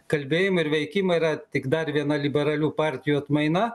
kalbėjimą ir veikimą yra tik dar viena liberalių partijų atmaina